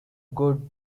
good